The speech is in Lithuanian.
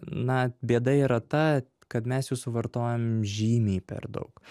na bėda yra ta kad mes jų suvartojam žymiai per daug